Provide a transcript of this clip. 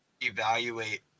evaluate